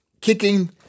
kicking